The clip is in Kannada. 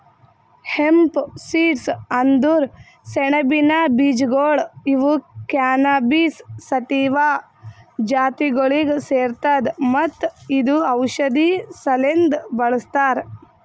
ಹೆಂಪ್ ಸೀಡ್ಸ್ ಅಂದುರ್ ಸೆಣಬಿನ ಬೀಜಗೊಳ್ ಇವು ಕ್ಯಾನಬಿಸ್ ಸಟಿವಾ ಜಾತಿಗೊಳಿಗ್ ಸೇರ್ತದ ಮತ್ತ ಇದು ಔಷಧಿ ಸಲೆಂದ್ ಬಳ್ಸತಾರ್